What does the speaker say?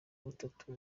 butatu